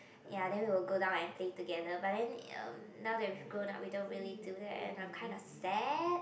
ya then we will go down and play together but then um now that we've grown up we don't really do that and I'm kind of sad